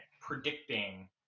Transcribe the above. predicting